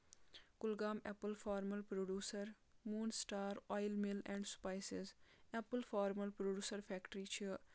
Kulgam apple farmer producer moon star oil mill and spices apple farmer producer factory چھِ